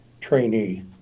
trainee